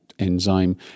enzyme